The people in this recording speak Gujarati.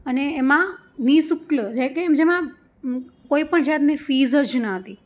અને એમાં નિશુલ્ક જે કે જેમાં કોઈપણ જાતની ફિસ જ નહોતી